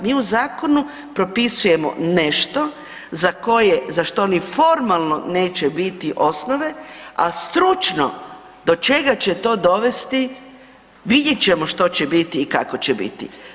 Mi u zakonu propisujemo nešto za što ni formalno neće biti osnove, a stručno do čega će to dovesti vidjet ćemo što će biti i kako će biti.